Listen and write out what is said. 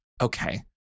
Okay